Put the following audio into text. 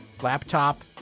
Laptop